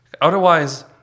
Otherwise